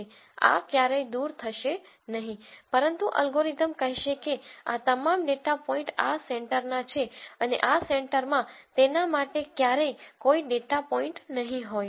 તેથી આ ક્યારેય દૂર થશે નહીં પરંતુ અલ્ગોરિધમ કહેશે કે આ તમામ ડેટા પોઇન્ટ આ સેન્ટરના છે અને આ સેન્ટર માં તેના માટે ક્યારેય કોઈ ડેટા પોઇન્ટ નહીં હોય